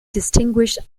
distinguished